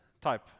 type